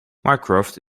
mycroft